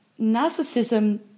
narcissism